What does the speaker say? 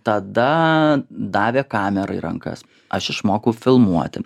tada davė kamerą į rankas aš išmokau filmuoti